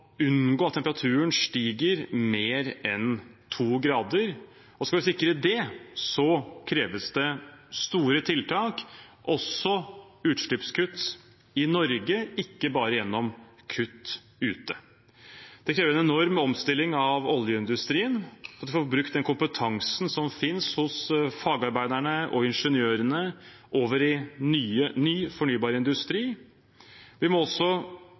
unngå at temperaturen stiger med mer enn to grader. Skal vi sikre det, kreves det store tiltak – også utslippskutt i Norge, ikke bare kutt ute. Det krever en enorm omstilling av oljeindustrien, at vi får brukt den kompetansen som finnes hos fagarbeiderne og ingeniørene, i ny, fornybar industri. Vi må også